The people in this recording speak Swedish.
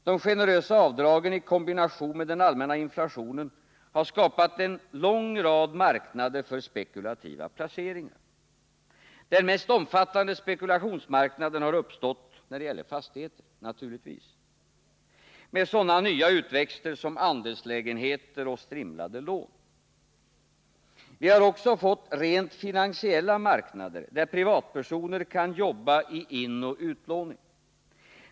De generösa avdragen i kombination med den allmänna inflationen har skapat en lång rad marknader för spekulativa placeringar. Den mest omfattande spekulationsmarknaden har uppstått när det gäller fastigheter. Det är en naturlig följd av sådana utväxter som andelslägenheter och strimlade lån. Vi har också fått rent finansiella marknader, där privatpersoner kan jobba med inoch utlåning.